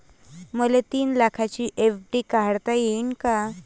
मले तीन लाखाची एफ.डी काढता येईन का?